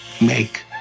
make